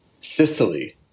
Sicily